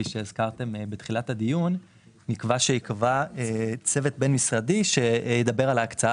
נקבע שייקבע צוות בין משרדי שידבר על ההקצאה